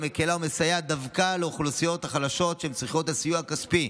המקילה ומסייעת דווקא לאוכלוסיות החלשות שצריכות את הסיוע הכספי,